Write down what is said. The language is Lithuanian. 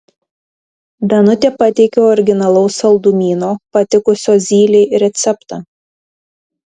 danutė pateikė originalaus saldumyno patikusio zylei receptą